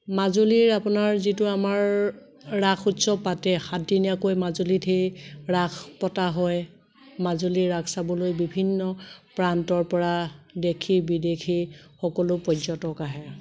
মাজুলীৰ আপোনাৰ যিটো আমাৰ ৰাস উৎসৱ পাতে সাতদিনীয়াকৈ মাজুলীত সেই ৰাস পতা হয় মাজুলী ৰাস চাবলৈ বিভিন্ন প্ৰান্তৰ পৰা দেশী বিদেশী সকলো পৰ্যটক আহে